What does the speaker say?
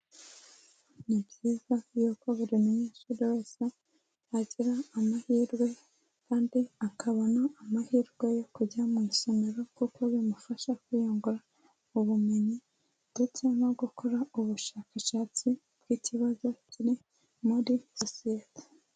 Ni byiza yuko buri munyeshuri wese agira amahirwe kandi akabona amahirwe yo kujya mu isomero kuko bimufasha kwiyungu ubumenyi ndetse no gukora ubushakashatsi bw'ikibazo kiri muri sosiyete.